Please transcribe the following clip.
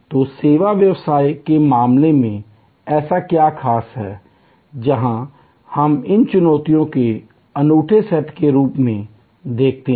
तो सेवा व्यवसाय के मामले में ऐसा क्या खास है जहाँ हम इसे चुनौतियों के अनूठे सेट के रूप में देखते हैं